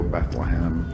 Bethlehem